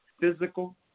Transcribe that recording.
physical